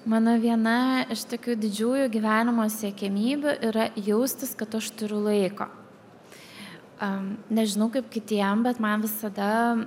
mano viena iš tokių didžiųjų gyvenimo siekiamybių yra jaustis kad aš turiu laiko a nežinau kaip kitiem bet man visada